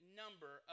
number